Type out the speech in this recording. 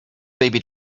baby